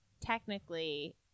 technically